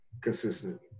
consistent